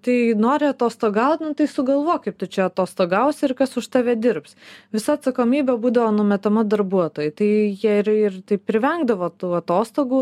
tai nori atostogaut nu tai sugalvok kaip tu čia atostogausi ir kas už tave dirbs visa atsakomybė būdavo numetama darbuotojui tai jie ir ir taip ir vengdavo tų atostogų